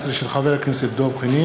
היום על שולחן הכנסת,